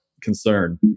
concern